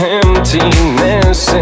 emptiness